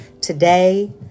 today